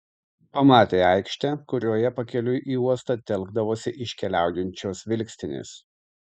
pamatė aikštę kurioje pakeliui į uostą telkdavosi iškeliaujančios vilkstinės